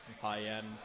high-end